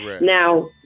Now